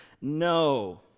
No